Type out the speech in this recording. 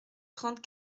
trente